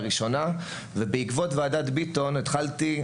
ובעקבות ועדת ביטון התחלתי,